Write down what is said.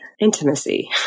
intimacy